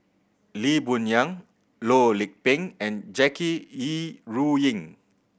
Lee Boon Yang Loh Lik Peng and Jackie Yi Ru Ying